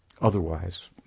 otherwise